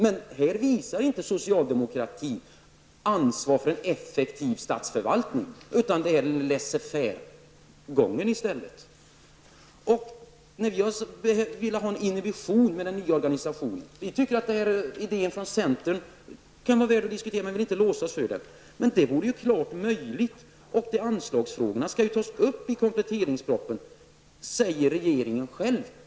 Men socialdemokratin visar inte ansvar för en effektiv statsförvaltning, utan det är Vi vill ha en inhibition när det gäller den nya organisationen. Vi tycker att idén från centern kan vara värd att diskutera, men vi vill inte låsa oss för den. Men förslaget vore klart möjligt. Anslagsfrågor skall ju tas upp i kompletteringspropositionen. Det säger regeringen själv.